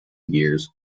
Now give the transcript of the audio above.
years